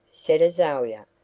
said azalia,